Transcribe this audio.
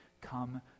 come